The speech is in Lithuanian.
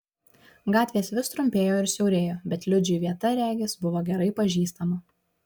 gatvės vis trumpėjo ir siaurėjo bet liudžiui vieta regis buvo gerai pažįstama